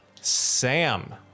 sam